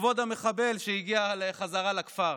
לכבוד המחבל שהגיע חזרה לכפר,